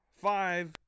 five